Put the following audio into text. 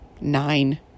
nine